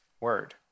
word